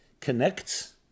connects